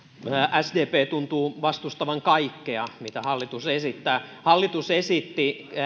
sdp tuntuu vastustavan kaikkea mitä hallitus esittää hallitus esitti